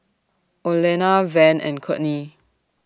Olena Van and Courtney